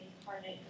incarnate